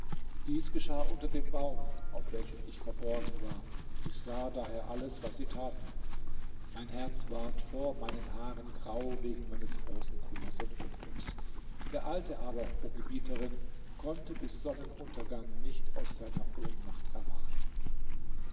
dies geschah unter dem baum auf welchem ich verborgen war ich sah daher alles was sie taten mein herz ward vor meinen haaren grau wegen meines großen kummers und unglücks der alte aber o gebieterin konnte bis sonnenuntergang nicht aus seiner ohnmacht erwachen